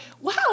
wow